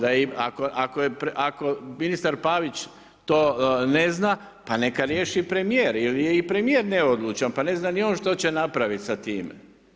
Ako ministar Pavić to ne zna pa neka riješi premijer jer je i premijer neodlučan pa ne zna ni on šta će napraviti sa time.